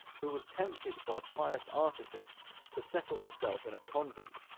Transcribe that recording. who was tempted by pious artifice to settle herself in a convent,